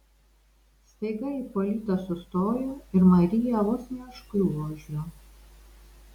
staiga ipolitas sustojo ir marija vos neužkliuvo už jo